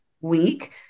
week